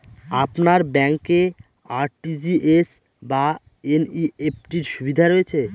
আপনার ব্যাংকে আর.টি.জি.এস বা এন.ই.এফ.টি র সুবিধা রয়েছে?